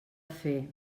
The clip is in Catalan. fer